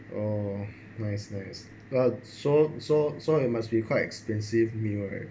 oh nice nice ah so so so you must be quite expensive meal right